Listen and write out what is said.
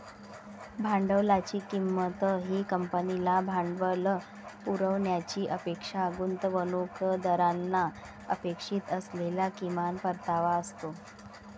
भांडवलाची किंमत ही कंपनीला भांडवल पुरवण्याची अपेक्षा गुंतवणूकदारांना अपेक्षित असलेला किमान परतावा असतो